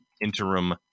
interim